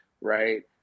right